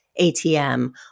ATM